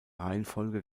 reihenfolge